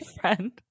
friend